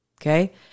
Okay